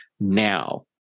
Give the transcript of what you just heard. now